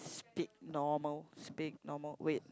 speak normal speak normal wait